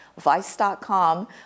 Vice.com